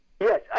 Yes